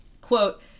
quote